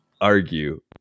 argue